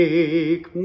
Make